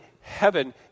heaven